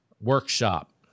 workshop